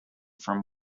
from